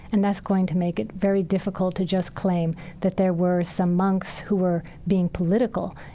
and that's going to make it very difficult to just claim that there were some monks who were being political,